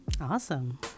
awesome